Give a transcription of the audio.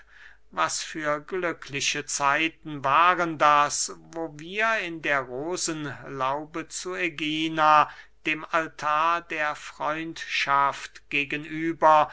was für glückliche zeiten waren das wo wir in der rosenlaube zu ägina dem altar der freundschaft gegenüber